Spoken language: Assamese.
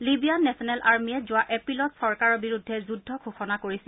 লিবিয়ান নেচনেল আৰ্মীয়ে যোৱা এপ্ৰিলত চৰকাৰৰ বিৰুদ্ধে যুদ্ধ ঘোষণা কৰিছে